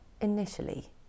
initially